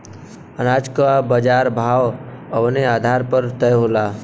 अनाज क बाजार भाव कवने आधार पर तय होला?